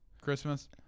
Christmas